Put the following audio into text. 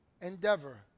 endeavor